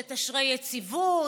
שתשרה יציבות,